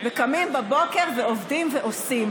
קמים בבוקר ועובדים ועושים.